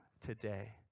today